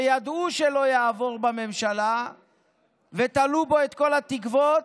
שידעו שלא יעבור בממשלה ותלו בו את כל התקוות,